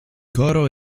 coro